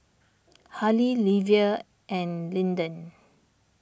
Hali Livia and Lyndon